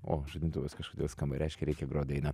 o žadintuvus kažkodėl skamba reiškia reikia grot dainą